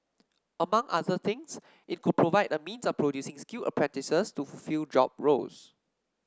among other things it could provide a means of producing skilled apprentices to fulfil job roles